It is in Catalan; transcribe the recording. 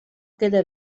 queda